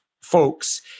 folks